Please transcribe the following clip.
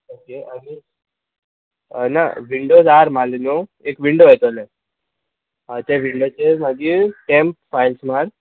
okay आनी ना windows आर मार न्हू एक विंडो येतोले हय तें विंडोचेर मागीर टॅम्प फायल्स मार